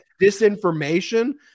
disinformation